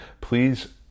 please